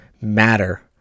matter